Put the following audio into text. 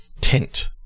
tent